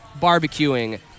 barbecuing